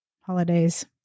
holidays